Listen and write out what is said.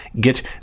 get